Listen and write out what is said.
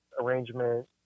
arrangement